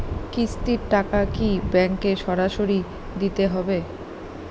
কিস্তির টাকা কি ব্যাঙ্কে সরাসরি দিতে হবে?